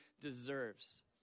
deserves